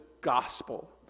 gospel